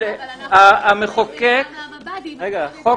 --- מירה,